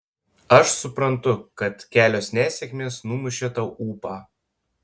aš suprantu kad kelios nesėkmės numušė tau ūpą